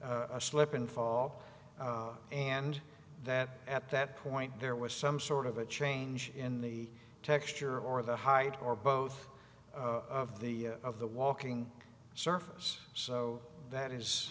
a slip and fall and that at that point there was some sort of a change in the texture or the height or both of the of the walking surface so that is